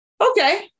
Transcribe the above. Okay